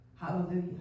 Hallelujah